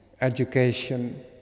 education